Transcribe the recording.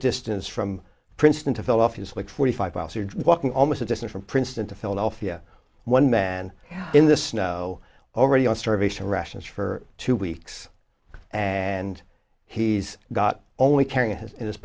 distance from princeton to philadelphia is like forty five miles or walking almost a distance from princeton to philadelphia one man in the snow already on starvation rations for two weeks and he's got only carrying his in his